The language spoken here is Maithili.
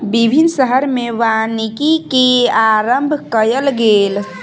विभिन्न शहर में वानिकी के आरम्भ कयल गेल